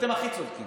שאתם הכי צודקים,